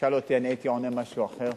תשאל אותי, אני הייתי עונה משהו אחר.